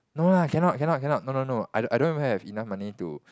no lah cannot cannot cannot no no no I don't I don't even have enough money to